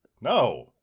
No